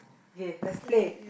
okay let's play